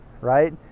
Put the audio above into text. right